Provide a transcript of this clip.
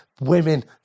Women